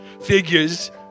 figures